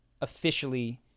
officially